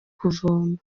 kuvoma